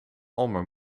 almaar